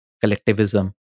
collectivism